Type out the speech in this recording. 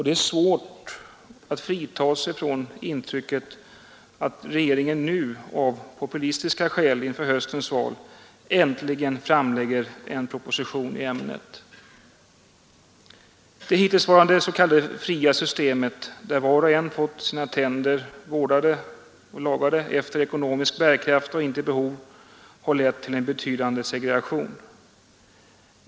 Det är svårt att frita sig från intrycket att regeringen nu av opportunistiska skäl inför höstens val äntligen framlägger en proposition i ämnet. Det hittillsvarande s.k. fria systemet, där var och en fått sina tänder vårdade och lagade efter ekonomisk bärkraft — inte efter behov — har lett till betydande segregation.